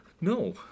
No